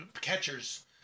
catchers